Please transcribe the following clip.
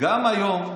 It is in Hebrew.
גם היום,